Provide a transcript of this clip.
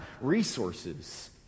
resources